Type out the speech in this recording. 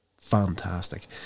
Fantastic